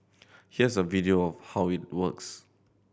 here's a video of how it works